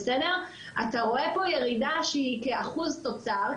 אתה רואה פה ירידה שהיא כאחוז תוצר,